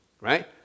Right